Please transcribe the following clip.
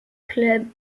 club